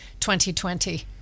2020